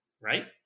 right